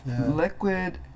liquid